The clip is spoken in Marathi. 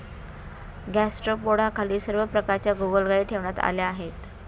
गॅस्ट्रोपोडाखाली सर्व प्रकारच्या गोगलगायी ठेवण्यात आल्या आहेत